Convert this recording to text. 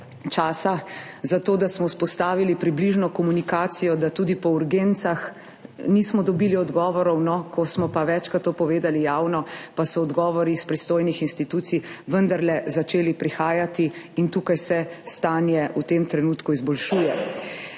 za to, da smo vzpostavili približno komunikacijo, da tudi po urgencah nismo dobili odgovorov. No, ko smo večkrat to povedali javno, pa so odgovori iz pristojnih institucij vendarle začeli prihajati, in tukaj se stanje v tem trenutku izboljšuje.